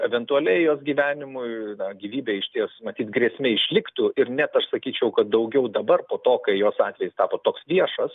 eventualiai jos gyvenimui gyvybei išties matyt grėsmė išliktų ir net aš sakyčiau kad daugiau dabar po to kai jos atvejis tapo toks viešas